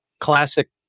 classic